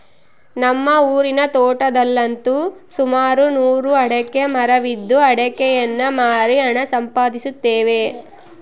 ನಮ್ಮ ಊರಿನ ತೋಟದಲ್ಲಂತು ಸುಮಾರು ನೂರು ಅಡಿಕೆಯ ಮರವಿದ್ದು ಅಡಿಕೆಯನ್ನು ಮಾರಿ ಹಣ ಸಂಪಾದಿಸುತ್ತೇವೆ